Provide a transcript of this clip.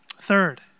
Third